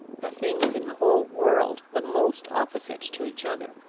the things in the whole world the most opposite to each other.